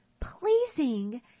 pleasing